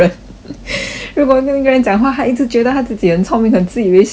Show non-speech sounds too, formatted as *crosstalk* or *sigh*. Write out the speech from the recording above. *noise* 如果跟那个人讲话他一直觉得他自己很聪明很自以为是的话 then